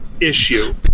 issue